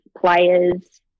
players